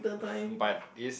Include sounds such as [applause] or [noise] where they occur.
[breath] but this